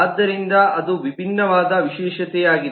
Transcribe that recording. ಆದ್ದರಿಂದ ಅದು ವಿಭಿನ್ನವಾದ ವಿಶೇಷತೆಯಾಗಿದೆ